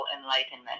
Enlightenment